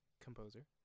composer